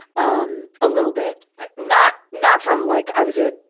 um a little bit not, not from, like, i was, a,